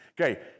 Okay